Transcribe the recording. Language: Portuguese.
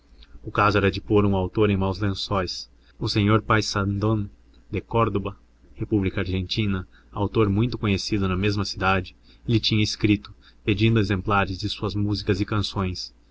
o caso era de pôr um autor em maus lençóis o senhor paysandón de córdova república argentina autor muito conhecido na mesma cidade lhe tinha escrito pedindo exemplares de suas músicas e canções